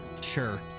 Sure